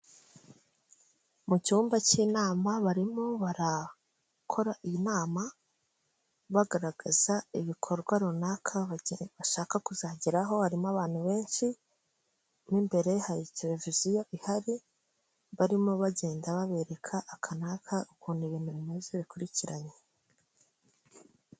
Mu cyumba cy'inama barimo barakora iyi nama, bagaragaza ibikorwa runaka bashaka kuzageraho, harimo abantu benshi, mo imbere hari televiziyo ihari, barimo bagenda babereka aka n'aka ukuntu ibintu bimeze bikurikiranye.